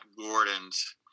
Gordon's